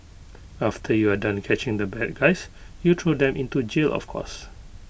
after you are done catching the bad guys you throw them into jail of course